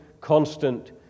constant